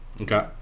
Okay